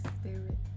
Spirit